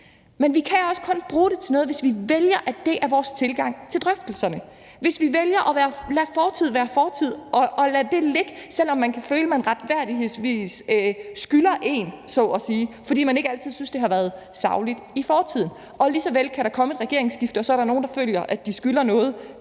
Men vi kan også kun bruge det til noget, hvis vi vælger, at det er vores tilgang til drøftelserne, hvis vi vælger at lade fortid være fortid og lade det ligge, selv om man kan føle, at man retfærdigvis skylder nogen noget, så at sige, fordi man ikke synes, at der altid har været handlet sagligt i fortiden. Og lige så vel kan der komme et regeringsskifte, og så er der nogle, der føler, at de skylder noget